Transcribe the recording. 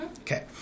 Okay